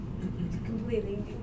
Completely